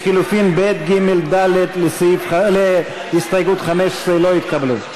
לחלופין ב', ג', ד' להסתייגות 15 לא התקבלו.